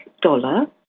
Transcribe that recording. dollar